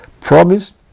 promise